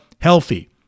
healthy